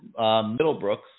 Middlebrooks